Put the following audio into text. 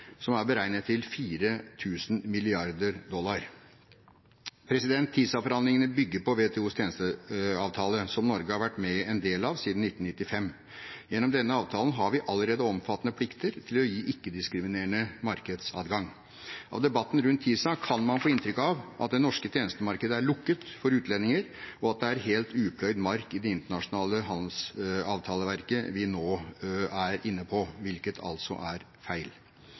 som er beregnet til 4 000 mrd. dollar. TISA-forhandlingene bygger på WTOs tjenesteavtale, som Norge har vært en del av siden 1995. Gjennom denne avtalen har vi allerede omfattende plikter til å gi ikke-diskriminerende markedsadgang. Av debatten rundt TISA kan man få inntrykk av at det norske tjenestemarkedet er lukket for utlendinger, og at det er helt upløyd mark i det internasjonale handelsavtaleverket vi nå er inne på – hvilket altså er feil.